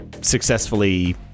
successfully